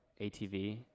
ATV